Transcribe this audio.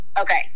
Okay